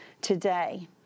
today